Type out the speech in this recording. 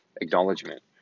acknowledgement